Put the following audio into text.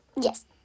Yes